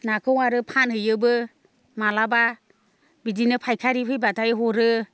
नाखौ आरो फानहैयोबो मालाबा बिदिनो फायखारि फैब्लाथाय हरो